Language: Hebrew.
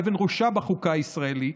אבן ראשה בחוקה הישראלית,